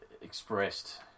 expressed